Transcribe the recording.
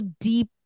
deep